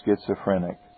schizophrenic